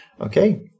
Okay